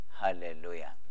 Hallelujah